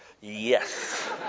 Yes